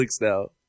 now